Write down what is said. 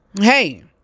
hey